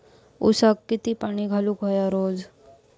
ऊसाक किती पाणी घालूक व्हया रोज?